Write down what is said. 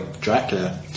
Dracula